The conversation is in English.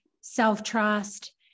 self-trust